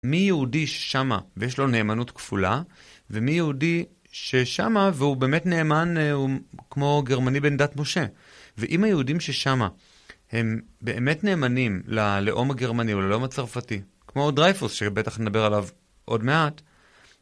מי יהודי ששמה ויש לו נאמנות כפולה ומי יהודי ששמה והוא באמת נאמן, הוא כמו גרמני בן דת משה. ואם היהודים ששמה הם באמת נאמנים ללאום הגרמני או ללאום הצרפתי, כמו דרייפוס שבטח נדבר עליו עוד מעט.